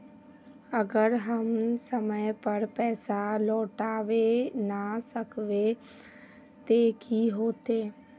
अगर हम समय पर पैसा लौटावे ना सकबे ते की होते?